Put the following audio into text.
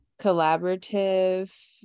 collaborative